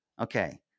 Okay